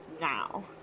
now